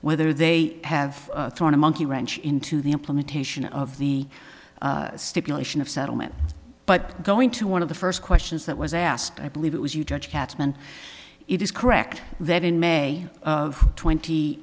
whether they have thrown a monkey wrench into the implementation of the stipulation of settlement but going to one of the first questions that was asked i believe it was you judge katzman it is correct that in may of twenty